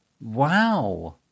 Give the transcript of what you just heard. Wow